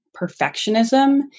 perfectionism